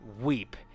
weep